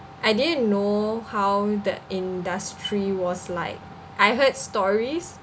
I didn't know how the industry was like I heard stories